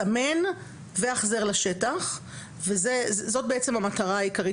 סמן והחזר לשטח וזאת בעצם המטרה העיקרית